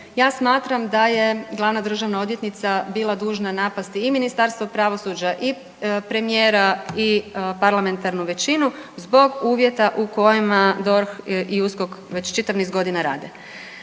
Ja smatram da je glavna državna odvjetnica bila dužna napasti i Ministarstvo pravosuđa i premijera i parlamentarnu većinu zbog uvjeta u kojima DORH i USKOK već čitav niz godina rade.